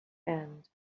end